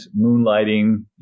moonlighting